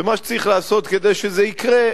ומה שצריך לעשות כדי שזה יקרה,